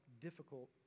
difficult